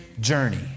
journey